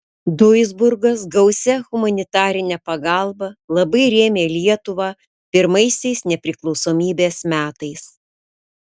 duisburgas gausia humanitarine pagalba labai rėmė lietuvą pirmaisiais nepriklausomybės metais